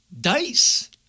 dice